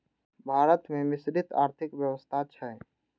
भारत मे मिश्रित आर्थिक व्यवस्था छै